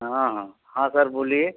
हाँ हाँ हाँ सर बोलिए